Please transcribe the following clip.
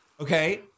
okay